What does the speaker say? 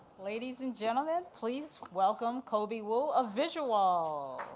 ladies and gentlemen, please welcome kobi wu of visuwall.